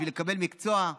בשביל לקבל מקצוע.